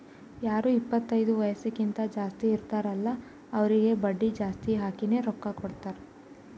ಯಾರು ಇಪ್ಪತೈದು ವಯಸ್ಸ್ಕಿಂತಾ ಜಾಸ್ತಿ ಇರ್ತಾರ್ ಅಲ್ಲಾ ಅವ್ರಿಗ ಬಡ್ಡಿ ಜಾಸ್ತಿ ಹಾಕಿನೇ ರೊಕ್ಕಾ ಕೊಡ್ತಾರ್